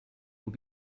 will